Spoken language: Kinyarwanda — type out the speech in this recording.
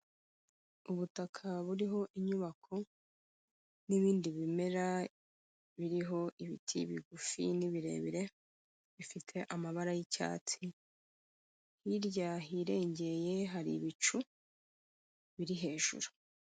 Ubutaka buriho inyubako n'ibindi bimera biriho ibiti bigufi n'ibirebire, bifite amabara y'icyatsi, hirya hirengeye hari ibicu biri hejuru.